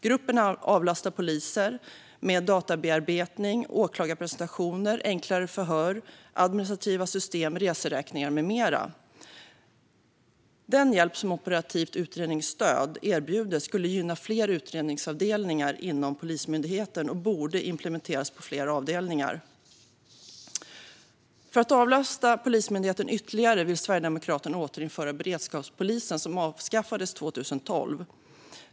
Gruppen avlastar poliser med databearbetning, åklagarpresentationer, enklare förhör, administrativa system, reseräkningar med mera. Den hjälp som Operativt utredningsstöd erbjuder skulle kunna gynna fler utredningsavdelningar inom Polismyndigheten och borde implementeras på fler avdelningar. För att avlasta Polismyndigheten ytterligare vill Sverigedemokraterna återinföra beredskapspolisen, som avskaffades 2012.